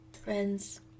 friends